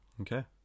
Okay